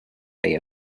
day